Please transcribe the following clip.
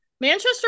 Manchester